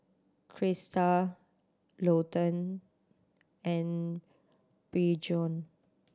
Krysta Lawton and Bjorn